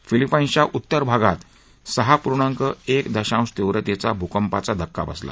फिलीपींसच्या उत्तर भागात सहा पूर्णांक एक दशांश तीव्रतघ्नी भूंकपाचा धक्का बसला